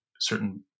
certain